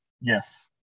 Yes